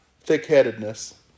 thick-headedness